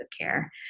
care